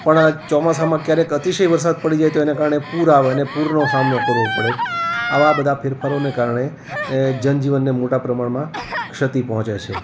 પણ ચોમાસામાં ક્યારેક અતિશય વરસાદ પડી જાય તો એને કારણે પૂર આવે અને પૂર સામનો કરવો પડે આવા બધા ફેરફારોને કારણે જન જીવનને મોટા પ્રમાણમાં ક્ષતિ પહોંચે છે